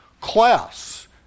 class